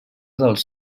dels